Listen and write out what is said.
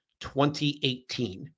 2018